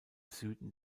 süden